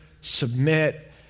submit